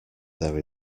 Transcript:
there